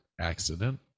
accident